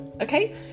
okay